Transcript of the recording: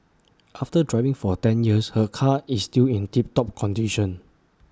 after driving for ten years her car is still in tip top condition